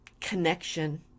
connection